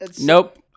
Nope